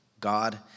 God